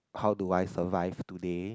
how do I survive today